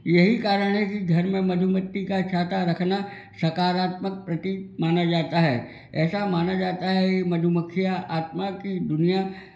यही कारण है कि घर में मधुमक्खी का छाता रखना सकारात्मक प्रतीक माना जाता है ऐसा माना जाता है की मधुमक्खी या आत्मा की दुनिया